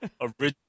original